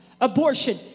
Abortion